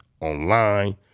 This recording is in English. online